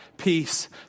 peace